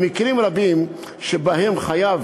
במקרים רבים שבהם חייב